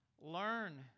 Learn